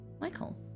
Michael